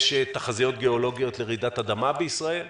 יש תחזיות גיאולוגיות לרעידת אדמה בישראל,